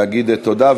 להגיד תודה,